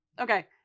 Okay